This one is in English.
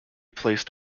placed